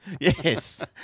Yes